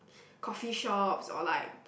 coffee-shops or like